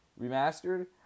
remastered